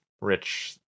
rich